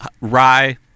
rye